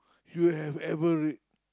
you have ever read